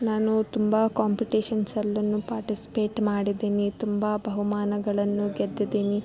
ನಾನು ತುಂಬ ಕಾಂಪೀಟೇಷನ್ಸ್ ಅಲ್ಲು ಪಾರ್ಟಿಸ್ಪೇಟ್ ಮಾಡಿದ್ದೀನಿ ತುಂಬ ಬಹುಮಾನಗಳನ್ನು ಗೆದ್ದಿದ್ದೀನಿ